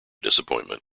disappointment